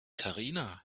karina